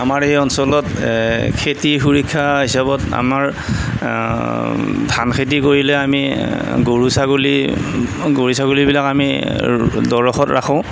আমাৰ এই অঞ্চলত খেতি সুৰক্ষা হিচাপত আমাৰ ধান খেতি কৰিলে আমি গৰু ছাগলী গৰু ছাগলীবিলাক আমি দৰখত ৰাখোঁ